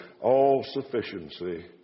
all-sufficiency